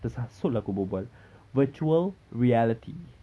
tersasul aku berbual virtual reality